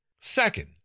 Second